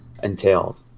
entailed